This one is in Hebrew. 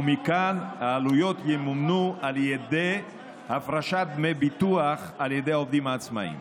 ומכאן העלויות ימומנו באמצעות הפרשת דמי ביטוח על ידי העובדים העצמאים.